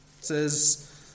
says